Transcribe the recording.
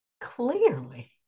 clearly